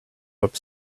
web